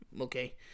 okay